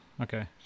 okay